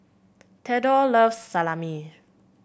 Theodore loves Salami